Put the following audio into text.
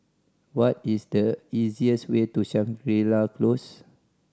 what is the easiest way to Shangri La Close